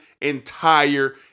entire